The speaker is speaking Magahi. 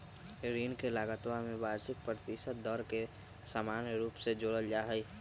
ऋण के लगतवा में वार्षिक प्रतिशत दर के समान रूप से जोडल जाहई